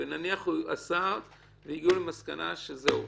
נניח שהוא עשה והגיעו למסקנה שזהו.